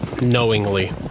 knowingly